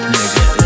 Nigga